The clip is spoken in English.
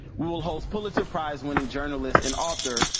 we will host pulitzer prize-winning journalist and author,